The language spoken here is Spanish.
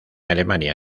alemania